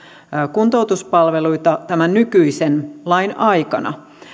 kuntoutuspalveluita tämän nykyisen lain aikana